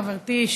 חברתי,